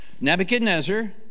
Nebuchadnezzar